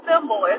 symbol